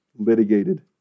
Litigated